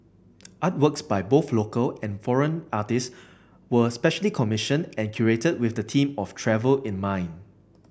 artworks by both local and foreign artists were specially commissioned and curated with the theme of travel in mind